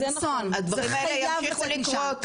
הדברים האלה ימשיכו לקרות.